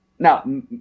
Now